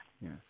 Yes